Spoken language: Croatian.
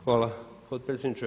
Hvala potpredsjedniče.